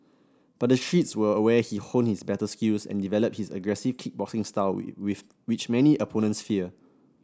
but the streets were where he honed his battle skills and developed his aggressive kickboxing style with which many opponents fear